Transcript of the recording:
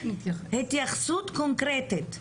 התייחסות קונקרטית.